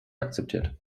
akzeptiert